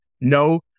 No